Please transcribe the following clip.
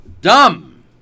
Dumb